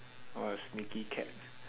!wah! sneaky cat